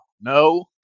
No